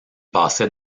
passait